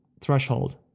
threshold